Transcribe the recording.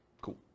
Cool